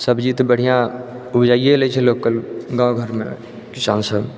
सब्जी त बढ़िऑं उपजाइये लै छै लोक के गाँव घर मे किसान सब